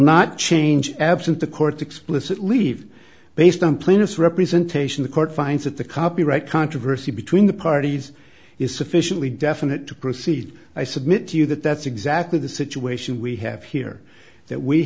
not change absent the court explicit leave based on plaintiff's representation the court finds that the copyright controversy between the parties is sufficiently definite to proceed i submit to you that that's exactly the situation we have here that we